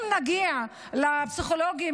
אם נגיע לפסיכולוגים